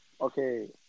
Okay